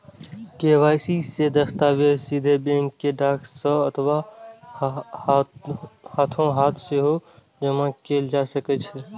KYC दस्तावेज सीधे bank कें डाक सं अथवा हाथोहाथ सेहो जमा कैल जा सकै छै